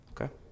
okay